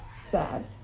Sad